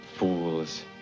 Fools